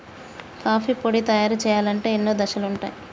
coffee పొడి తయారు చేయాలంటే ఎన్నో దశలుంటయ్